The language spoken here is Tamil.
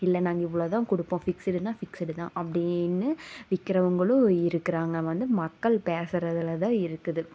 இல்லை நாங்கள் இவ்வளோதான் கொடுப்போம் ஃபிக்சுடுனா ஃபிக்சுடுதான் அப்படின்னு விற்கிறவங்களும் இருக்கிறாங்க வந்து மக்கள் பேசுவதுலதான் இருக்குது